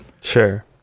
sure